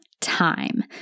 time